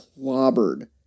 clobbered